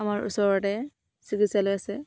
আমাৰ ওচৰতে চিকিৎসালয় আছে